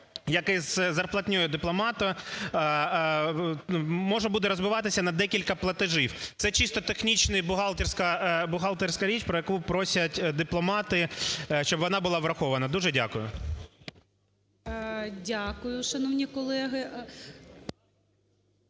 як і з зарплатнею дипломата можна буде розбивати на декілька платежів. Це чисто технічна бухгалтерська річ, про яку просять дипломати, щоб вона була врахована. Дуже дякую. ГОЛОВУЮЧИЙ. Дякую, шановні колеги.